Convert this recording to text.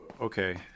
okay